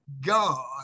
God